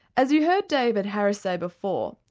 as you heard david harris say before,